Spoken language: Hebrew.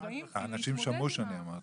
האנשים שמעו שאני אמרתי את זה.